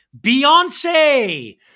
Beyonce